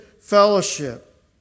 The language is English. fellowship